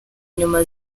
inyuma